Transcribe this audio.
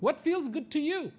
what feels good to you